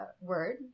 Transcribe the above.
word